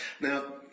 Now